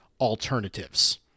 alternatives